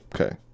Okay